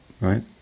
right